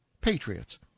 patriots